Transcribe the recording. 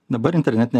dabar internetinė